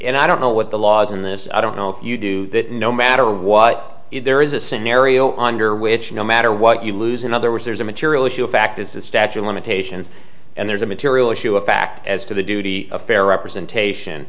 and i don't know what the laws in this i don't know if you do that no matter what if there is a scenario under which no matter what you lose in other words there's a material issue a fact is the statue of limitations and there's a material issue a fact as to the duty of fair representation